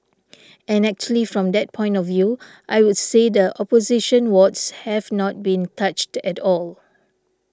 and actually from that point of view I would say the opposition wards have not been touched at all